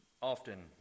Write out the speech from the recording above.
often